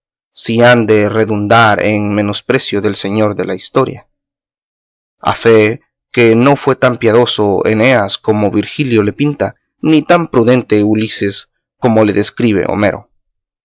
si han de redundar en menosprecio del señor de la historia a fee que no fue tan piadoso eneas como virgilio le pinta ni tan prudente ulises como le describe homero